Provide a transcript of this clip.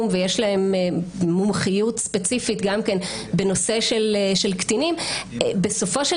ויש להן מומחיות ספציפית גם כן בנושא של קטינים בסופו של